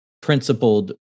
principled